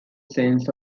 sense